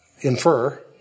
infer